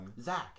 Zach